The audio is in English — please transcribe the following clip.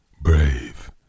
brave